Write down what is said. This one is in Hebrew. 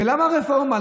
ולמה רפורמה?